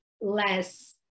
less